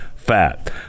Fat